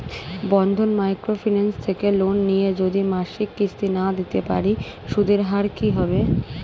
বন্ধন micro finance থেকে loan নিয়ে যদি মাসিক কিস্তি না দিতে পারি সুদের হার কি হবে?